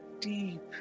deep